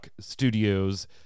studios